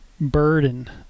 burden